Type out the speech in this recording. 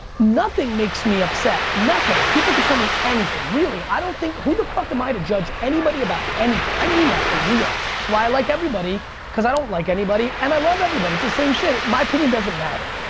nothing makes me upset, nothing. people can tell me anything, really, i don't think, who the fuck am i to judge anybody about anything? i mean that for real, it's why i like everybody cause i don't like anybody and i love everybody, it's the same shit, my opinion doesn't matter,